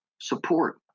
support